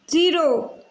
zero